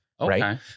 right